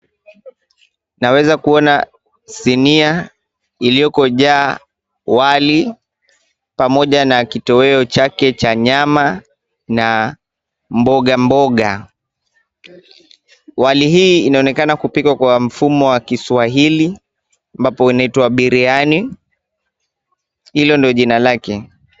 Naweza kuona sinia iliyojaa wali pamoja na kitoweo chake cha nyama na mbogamboga . Wali huu unaonekana kupikwa kwa mfumo wa Kiswahili ambapo unaitwa biriani hilo ndilo jina lake.